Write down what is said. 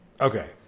Okay